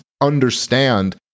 understand